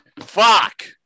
Fuck